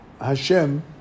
Hashem